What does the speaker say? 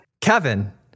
Kevin